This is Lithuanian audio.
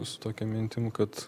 su tokia mintim kad